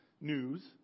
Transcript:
news